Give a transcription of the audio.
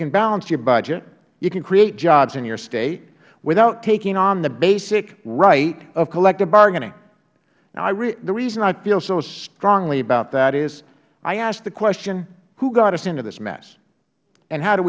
can balance your budget you can create jobs in your state without taking on the basic right of collective bargaining now the reason i feel so strongly about that is i asked the question who got us into this mess and how do